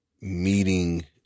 meeting